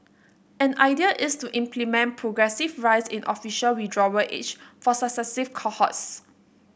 an idea is to implement progressive rise in official withdrawal age for cohorts